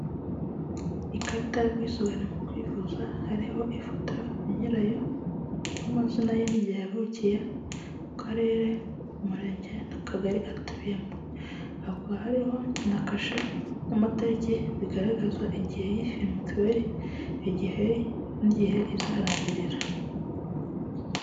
Ikarita y'ubwisugane mu kwivuza hariho ifoto ya nyirayo n'amazina ye, igihe yavukiye, akarere, umurenge n'akagari atuyemo hariho na kashe n'amatariki bigaragaza igihe yishyu mitiweli igihe n'igihe izarangirira.